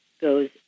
goes